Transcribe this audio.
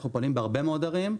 אנחנו פונים בהרבה מאוד ערים,